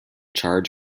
charge